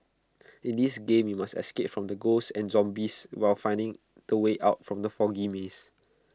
in this game you must escape from the ghosts and zombies while finding the way out from the foggy maze